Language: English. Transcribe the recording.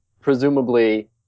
presumably